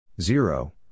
zero